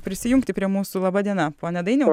prisijungti prie mūsų laba diena pone dainiau